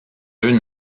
œufs